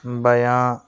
بیاں